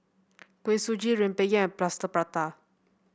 Kuih Suji rempeyek Plaster Prata